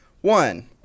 One